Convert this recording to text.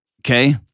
Okay